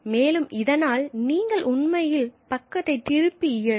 மேலும் இதனால் நீங்கள் உண்மையில் பக்கத்தை திருப்ப இயலும்